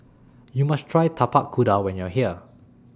YOU must Try Tapak Kuda when YOU Are here